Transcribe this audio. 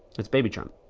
that's baby trump.